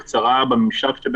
אחרי שנראה איך הדבר הזה מיושם בשטח,